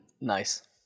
nice